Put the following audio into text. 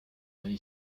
many